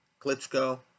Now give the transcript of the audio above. Klitschko